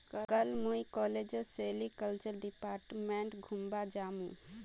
कल मुई कॉलेजेर सेरीकल्चर डिपार्टमेंट घूमवा जामु